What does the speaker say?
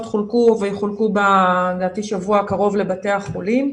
חולקו ויחולקו לדעתי בשבוע הקרוב לבתי החולים.